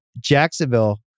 Jacksonville